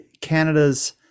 Canada's